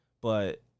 But-